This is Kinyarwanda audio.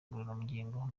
ngororangingo